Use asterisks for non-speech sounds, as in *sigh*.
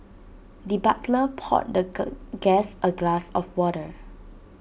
the butler poured the *unintelligible* guest A glass of water